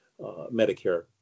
Medicare